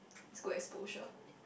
is good exposure